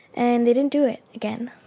and they didn't do it again,